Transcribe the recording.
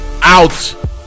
out